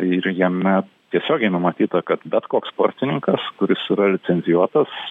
ir jame tiesiogiai numatyta kad bet koks sportininkas kuris yra licencijuotas